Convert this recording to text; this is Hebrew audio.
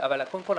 קודם כל,